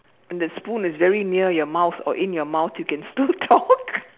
and the spoon is very near your mouth or in your mouth you can still talk